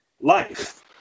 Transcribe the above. life